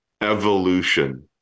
evolution